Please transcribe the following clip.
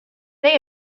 they